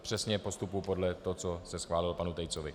Přesně postupuji podle toho, co se schválilo panu Tejcovi.